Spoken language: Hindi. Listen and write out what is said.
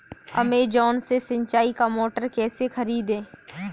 अमेजॉन से सिंचाई का मोटर कैसे खरीदें?